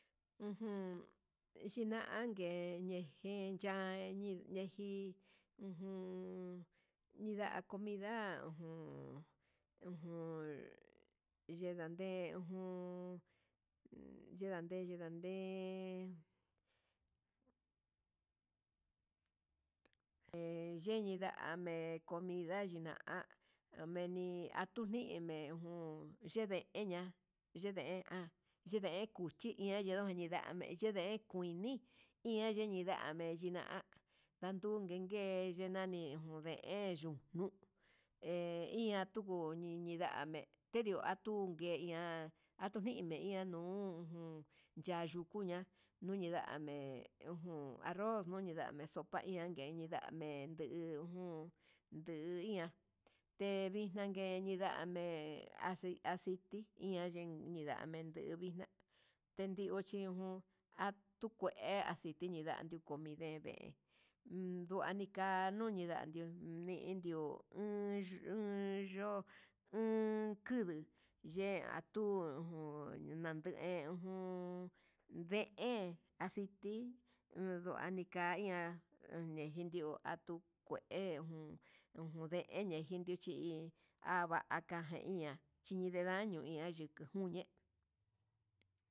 Ujun chinangue ndeje china ndejí ujun, nida comida ujun ujun yendade ujun, yendande yendade he yendi ndame comida ame comida yina'a meni atunime jun tedeña yede'a yemnde cuchi iha yendo yindame yinde kuini, iha yenindame yina'a ndadungue ke'e yenani junde he yunuu he iha tuku yende ndiname tedioatungue ihan tunime iha nuu ujun ya'a yuku ña'a ñuñi dame ujun arroz ñunidame sopa iha ñinda'ame nguu jun ndu iha te ixna ngue nindame, aci aciti ihan ayen ndame yuvixna yendio chejun akue aciti ñinda ndadio kome'e ve'e uun nduanika ñundé yandio nindio uun yo'o uun kudu ye atun jun nande ajun, deen aciti uun ngua nika iha uun ndetio ngue ujun ujun ndeen ñejichi hí avaca aje iha chineda ndikiu juñe'e.